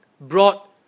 brought